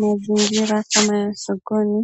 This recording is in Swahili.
Mazingira kama ya sokoni